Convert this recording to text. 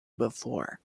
before